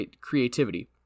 creativity